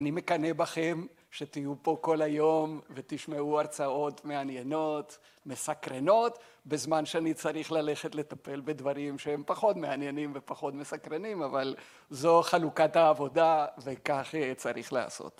אני מקנא בכם שתהיו פה כל היום ותשמעו הרצאות מעניינות, מסקרנות, בזמן שאני צריך ללכת לטפל בדברים שהם פחות מעניינים ופחות מסקרנים אבל זו חלוקת העבודה וכך צריך לעשות.